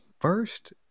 first